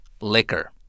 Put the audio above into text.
liquor